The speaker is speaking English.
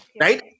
Right